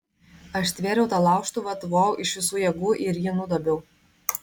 aš stvėriau tą laužtuvą tvojau iš visų jėgų ir jį nudobiau